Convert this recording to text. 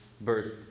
birth